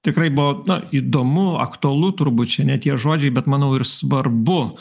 tikrai buvo na įdomu aktualu turbūt čia ne tie žodžiai bet manau ir svarbu